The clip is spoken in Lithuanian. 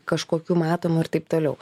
kažkokiu matomu ir taip toliau